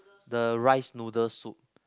the rice noodle soup